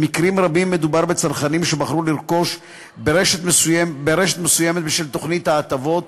במקרים רבים מדובר בצרכנים שבחרו לרכוש ברשת מסוימת בשל תוכנית הטבות